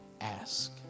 ask